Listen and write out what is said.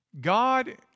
God